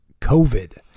COVID